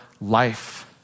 life